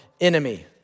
enemy